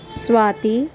Swati